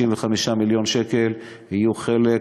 55 מיליון שקל יהיו חלק